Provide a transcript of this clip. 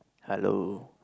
halo